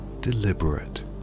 deliberate